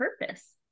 purpose